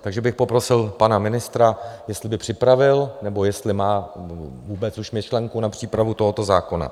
Takže bych poprosil pana ministra, jestli by připravil, nebo jestli má vůbec už myšlenku na přípravu tohoto zákona.